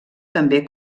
també